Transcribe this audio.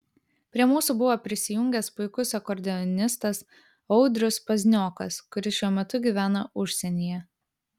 prie mūsų buvo prisijungęs puikus akordeonistas audrius pazniokas kuris šiuo metu gyvena užsienyje